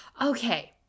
Okay